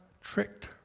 tricked